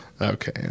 okay